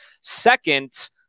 second